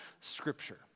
Scripture